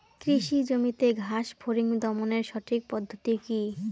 কৃষি জমিতে ঘাস ফরিঙ দমনের সঠিক পদ্ধতি কি?